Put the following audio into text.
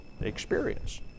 experience